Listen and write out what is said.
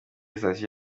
sitasiyo